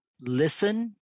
listen